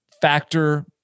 factor